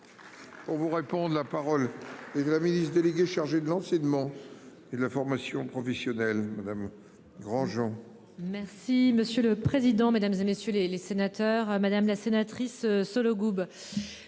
On vous répond la parole et de la ministre déléguée chargée de l'enseignement et la formation professionnelle Madame Grandjean. Merci monsieur le président, Mesdames, et messieurs les sénateurs à madame la sénatrice Sollogoub.